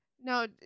no